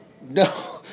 No